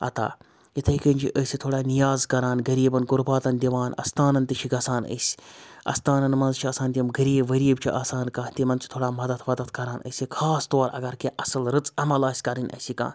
عطا اِتھَے کٔنۍ چھِ أسۍ تھوڑا نیاز کَران غریٖبَن گُرباتَن دِوان اَستانَن تہِ چھِ گژھان أسۍ اَستانَن مَنٛز چھِ آسان تِم غریٖب غریٖب چھِ آسان کانٛہہ تِمَن چھِ تھوڑا مَدَتھ وَتَتھ کَران أسۍ خاص طور اگر کینٛہہ اَصٕل رٕژ عَمَل آسہِ کَرٕنۍ اَسہِ کانٛہہ